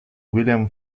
william